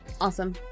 Awesome